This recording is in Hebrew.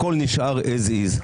הכול נשאר כמות שהוא.